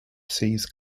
seas